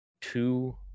two